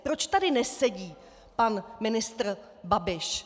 Proč tady nesedí pan ministr Babiš?